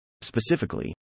Specifically